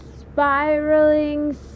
spiraling